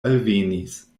alvenis